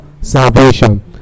salvation